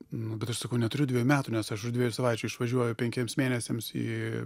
nu bet aš sakau neturiu dviejų metų nes aš už dviejų savaičių išvažiuoju penkiems mėnesiams į